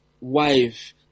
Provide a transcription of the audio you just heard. wife